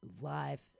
live